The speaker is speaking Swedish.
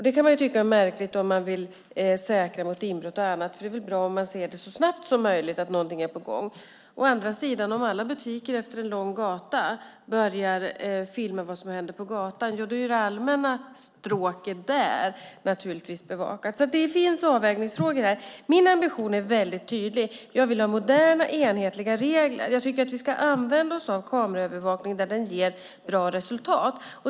Det kan man tycka är märkligt om man vill säkra mot inbrott och annat. Det är väl bra om man så snabbt som möjligt ser att något är på gång. Å andra sidan: Om alla butiker efter en lång gata börjar filma vad som händer på gatan, är det allmänna stråket naturligtvis bevakat. Det finns alltså avvägningar här. Min ambition är väldigt tydlig: Jag vill ha moderna och enhetliga regler. Jag tycker att vi ska använda oss av kameraövervakning där den ger bra resultat.